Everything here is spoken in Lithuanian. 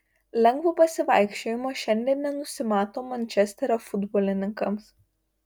lengvo pasivaikščiojimo šiandien nenusimato mančesterio futbolininkams